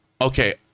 okay